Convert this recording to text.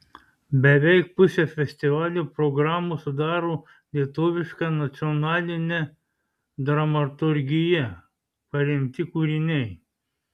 beveik pusę festivalio programos sudaro lietuviška nacionaline dramaturgija paremti kūriniai